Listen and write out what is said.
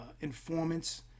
informants